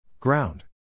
Ground